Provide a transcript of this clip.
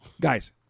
guys